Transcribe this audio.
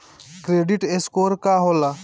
Credit score का होला?